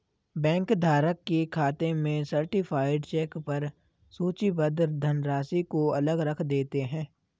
bank धारक के खाते में सर्टीफाइड चेक पर सूचीबद्ध धनराशि को अलग रख देते हैं